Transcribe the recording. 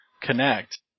connect